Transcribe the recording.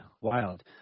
wild